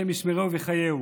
השם ישמרהו ויחייהו.